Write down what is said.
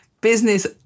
business